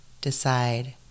decide